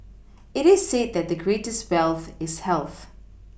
it is said that the greatest wealth is health